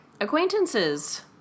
acquaintances